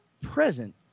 present